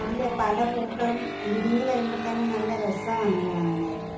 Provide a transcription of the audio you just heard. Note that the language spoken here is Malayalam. അതിലെ പല പൂക്കളും വിരിഞ്ഞു വരുമ്പോൾ തന്നെ നല്ല രസമാണ് കാണാനായിട്ട്